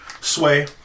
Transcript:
Sway